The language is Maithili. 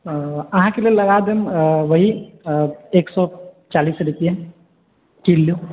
अहाँके लेल लगा देब वएह एक सओ चालीस रुपैए किलो